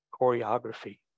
choreography